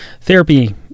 therapy